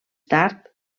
tard